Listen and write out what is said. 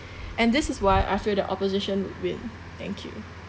and this is why I feel that opposition would win thank you